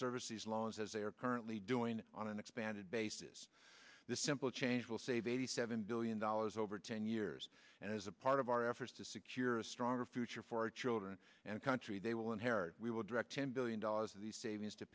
services loans as they are currently doing on an expanded basis this simple change will save eighty seven billion dollars over ten years and as a part of our efforts to secure a stronger future for our children and country they will inherit we will direct ten billion dollars of these savings to